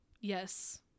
Yes